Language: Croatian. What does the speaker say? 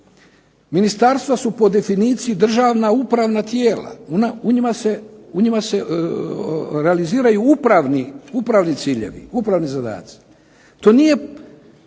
Ministarstva su po definiciji državna upravna tijela, u njima se realiziraju upravni ciljevi, upravni zadaci. To nije,